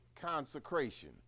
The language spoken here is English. consecration